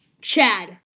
Chad